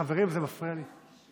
חברים, זה מפריע לי.